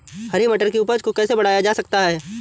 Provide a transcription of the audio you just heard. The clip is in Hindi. हरी मटर की उपज को कैसे बढ़ाया जा सकता है?